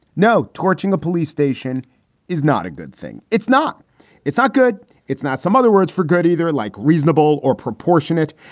no, torching a police station is not a good thing. it's not it's not good it's not some other words for good, either, like reasonable or proportionate.